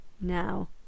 now